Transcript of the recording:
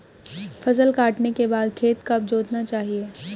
फसल काटने के बाद खेत कब जोतना चाहिये?